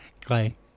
Clay